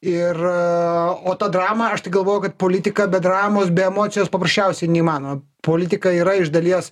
ir o tą dramą aš tai galvoju kad politika be dramos be emocijos paprasčiausiai neįmanoma politika yra iš dalies